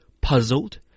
puzzled